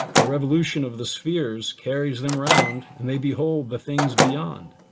the revolution of the spheres carries them around and they behold the things beyond.